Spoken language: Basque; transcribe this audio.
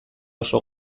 oso